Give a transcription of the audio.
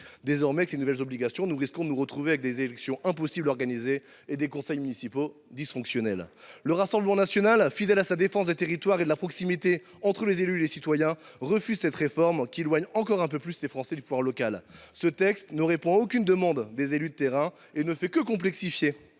Désormais, avec ces nouvelles obligations, nous risquons de nous retrouver avec des élections impossibles à organiser et des conseils municipaux dysfonctionnels. Le Rassemblement national, fidèle à sa défense des territoires et de la proximité entre les élus et les citoyens, refuse cette réforme qui éloigne encore un peu plus les Français du pouvoir local. Ce texte ne répond à aucune demande des élus de terrain et ne fait que complexifier